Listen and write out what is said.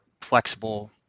flexible